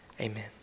amen